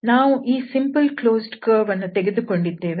ನಾವು ಈ simple smooth closed curve ಅನ್ನು ತೆಗೆದುಕೊಂಡಿದ್ದೇವೆ